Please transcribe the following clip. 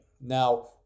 Now